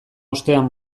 ostean